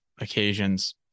occasions